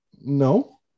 No